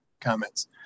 comments